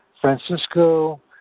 Francisco